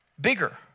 bigger